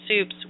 soups